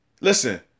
Listen